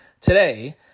today